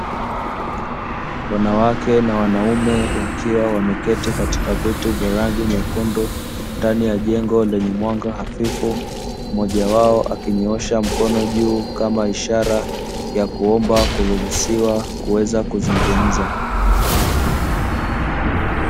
Wanawake na wanaume wakiwa wameketi katika viti vyenye rangi nyekundu ndani ya jengo lenye mwanga hafifu. Mmoja wao akinyoosha mkononi juu kama ishara ya kuweza kuruhusiwa kuweza kuzungumza.